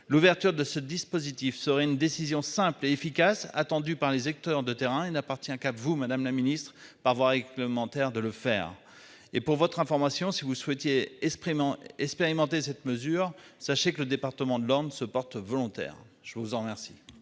L'ouverture de ce dispositif serait une décision simple et efficace, attendu par les acteurs de terrain, il n'appartient qu'à vous Madame la Ministre par voie réglementaire de le faire. Et pour votre information si vous souhaitiez exprimant expérimenter cette mesure. Sachez que le département de l'Orne se porte volontaire. Je vous en remercie.